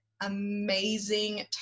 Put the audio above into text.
amazing